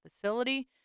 facility